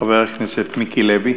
חבר הכנסת מיקי לוי.